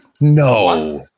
No